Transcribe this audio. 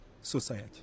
society